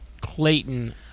Clayton